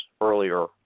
earlier